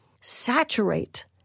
saturate